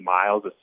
miles